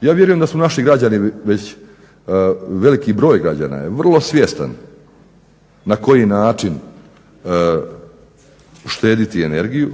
Ja vjerujem da su naši građani već, veliki broj građana je vrlo svjestan na koji način štediti energiju